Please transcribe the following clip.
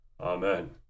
Amen